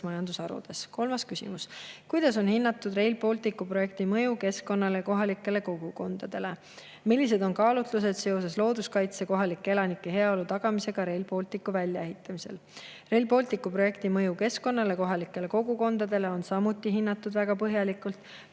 majandusharudes. Kolmas küsimus: "Kuidas on hinnatud Rail Balticu projekti mõju keskkonnale ja kohalikele kogukondadele? Millised on kaalutlused seoses looduskaitse ja kohalike elanike heaolu tagamisega Rail Balticu väljaehitamisel?" Rail Balticu projekti mõju keskkonnale ja kohalikele kogukondadele on samuti hinnatud väga põhjalikult.